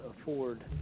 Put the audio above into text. afford